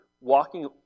walking